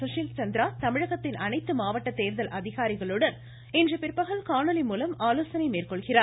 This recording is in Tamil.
சுஷில் சந்திரா தமிழகத்தின் அனைத்து மாவட்ட தேர்தல் அதிகாரிகளுடன் இன்று பிற்பகல் காணொலி மூலம் ஆலோசனை மேற்கொள்கிறார்